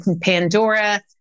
Pandora